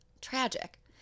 Tragic